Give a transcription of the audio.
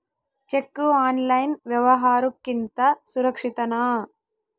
Cheque online ವ್ಯವಹಾರುಕ್ಕಿಂತ ಸುರಕ್ಷಿತನಾ?